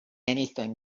anything